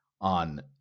on